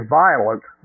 violent